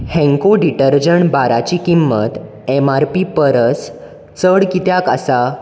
Henko detergent बाराची किंमत M R P परस चड कित्याक आसा